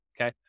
Okay